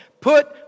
Put